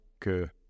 que